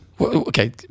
Okay